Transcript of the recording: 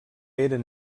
eren